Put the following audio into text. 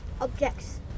objects